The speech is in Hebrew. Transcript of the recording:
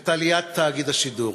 את עליית תאגיד השידור.